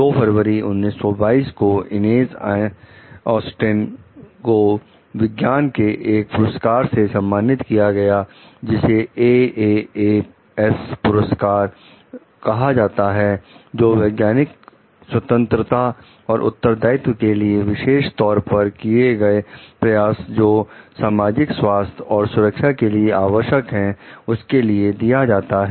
2 फरवरी 1922 को Inez Austin कहां जाता है जो वैज्ञानिक स्वतंत्रता और उत्तरदायित्व के लिए विशेष तौर पर किए गए प्रयास जो सामाजिक स्वास्थ्य और सुरक्षा के लिए आवश्यक हैं दिया जाता है